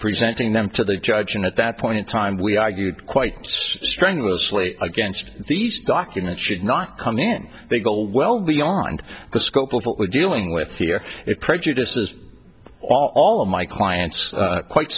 presenting them to the judge and at that point in time we argued quite strenuously against these documents should not come in they go well beyond the scope of what we're dealing with here it prejudices all of my clients quite